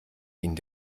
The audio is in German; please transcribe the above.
ihnen